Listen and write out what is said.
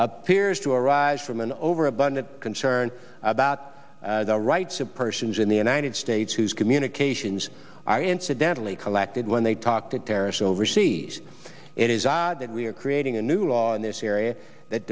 appears to arise from overabundant concerned about the rights of persons in the united states whose communications are incidentally collected when they talk to terrorists overseas it is odd that we are creating a new law in this area that